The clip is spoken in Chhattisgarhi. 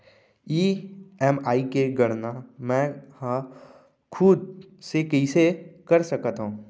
ई.एम.आई के गड़ना मैं हा खुद से कइसे कर सकत हव?